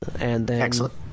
Excellent